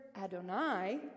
Adonai